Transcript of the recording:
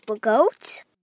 goat